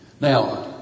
Now